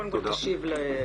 קודם כל, תשיב לדוח.